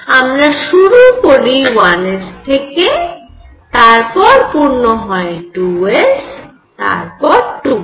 আমরা শুরু করি 1 s থেকে তারপর পূর্ণ হয় 2 s তারপর 2 p